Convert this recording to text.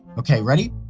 okay, ready?